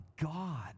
God